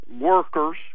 workers